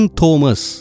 Thomas